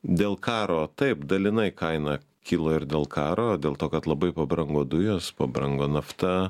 dėl karo taip dalinai kaina kilo ir dėl karo dėl to kad labai pabrango dujos pabrango nafta